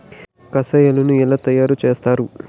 కషాయాలను ఎలా తయారు చేస్తారు?